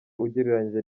ugereranyije